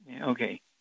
Okay